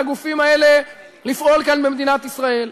ואנחנו לא אוסרים על הגופים האלה לפעול כאן במדינת ישראל.